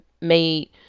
made